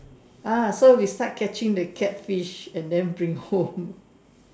ah so we start catching the catfish and then bring home